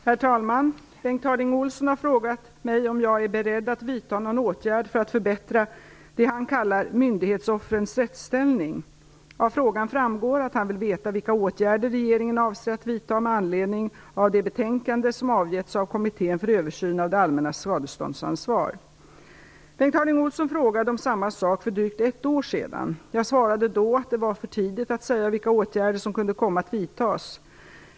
Herr talman! Bengt Harding Olson har frågat mig om jag är beredd att vidta någon åtgärd för att förbättra vad han kallar för myndighetsoffrens rättsställning. Av frågan framgår att han vill veta vilka åtgärder regeringen avser att vidta med anledning av det betänkande som avgetts av Kommittén för översyn av det allmännas skadeståndsansvar. Bengt Harding Olson frågade om samma sak för drygt ett år sedan. Jag svarade då att det var för tidigt att säga vilka åtgärder som kunde komma att vidtas.